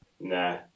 Nah